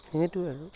সেইটোৱেই আৰু